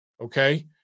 okay